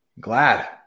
Glad